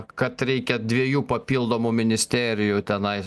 kad reikia dviejų papildomų ministerijų tenai